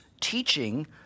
teaching